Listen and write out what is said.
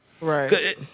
Right